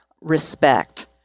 respect